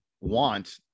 want